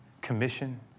commission